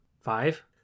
five